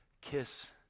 kiss